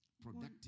productive